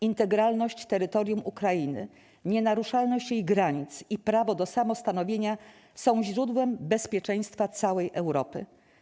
Integralność terytorium Ukrainy, nienaruszalność jej granic i prawo do samostanowienia są źródłem bezpieczeństwa całej Europy.